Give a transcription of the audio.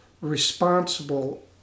responsible